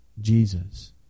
Jesus